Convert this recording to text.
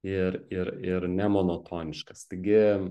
ir ir ir ne monotoniškas taigi